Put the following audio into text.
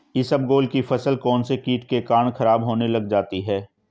इसबगोल की फसल कौनसे कीट के कारण खराब होने लग जाती है?